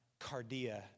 cardia